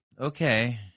Okay